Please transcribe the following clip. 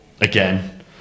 again